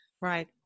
right